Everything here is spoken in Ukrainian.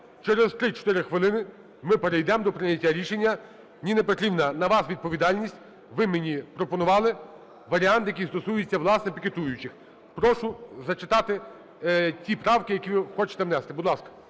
через 3-4 хвилини ми перейдемо до прийняття рішення. Ніна Петрівна, на вас відповідальність, ви мені пропонували варіант, який стосується, власне, пікетуючих. Прошу зачитати ті правки, які ви хочете внести. Будь ласка.